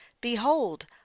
behold